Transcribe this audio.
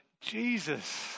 Jesus